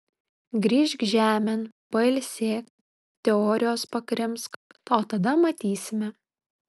grįžk žemėn pailsėk teorijos pakrimsk o tada matysime